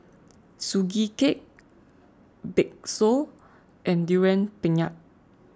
Sugee Cake Bakso and Durian Pengat